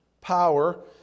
Power